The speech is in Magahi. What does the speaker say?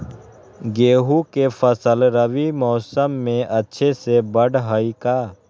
गेंहू के फ़सल रबी मौसम में अच्छे से बढ़ हई का?